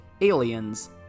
Aliens